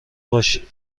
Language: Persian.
باشیم